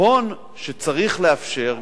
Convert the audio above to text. נכון שצריך לאפשר.